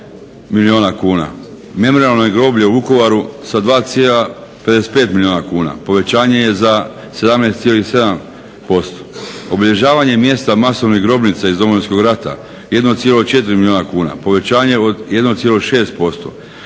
7 milijuna kuna. Memorijalno groblje u Vukovaru sa 2,55 milijuna kuna povećanje je za 17,7%. Obilježavanje mjesta masovnih grobnica iz Domovinskog rata 1,4 milijuna kuna, povećanje od 1,6%.